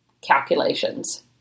calculations